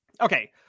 Okay